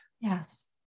Yes